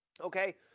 Okay